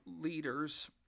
leaders